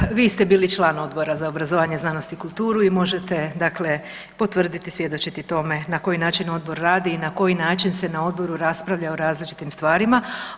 Kolega, vi ste bili član Odbora za obrazovanje, znanost i kulturu i možete dakle potvrditi, svjedočiti tome na koji način Odbor radi i na koji način se na Odboru raspravlja o različitim stvarima.